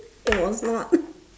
it was not